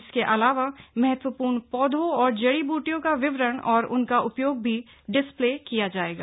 इसके अलावा महत्वपूर्ण पौधों और जड़ी बूटियों का विवरण और उनका उपयोग भी डिस्प्ले किया जाएगा